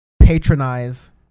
patronize